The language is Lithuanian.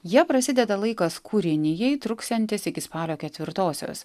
ja prasideda laikas kūrinijai truksiantis iki spalio ketvirtosios